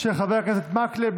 של חברי הכנסת מקלב,